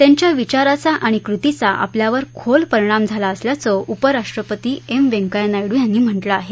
त्यांच्या विचाराचा आणि कृतीचा आपल्यावर खोल परिणाम झाल्या असल्याचं उपराष्ट्रपती एम व्यंकय्या नायडू यांनी म्हटलं आहे